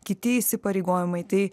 kiti įsipareigojimai tai